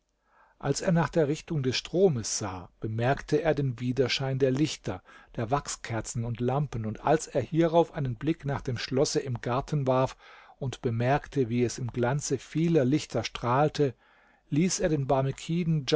als er nach der richtung des stromes sah bemerkte er den widerschein der lichter der wachskerzen und lampen und als er hierauf einen blick nach dem schlosse im garten warf und bemerkte wie es im glanze vieler lichter strahlte ließ er den